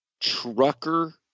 Trucker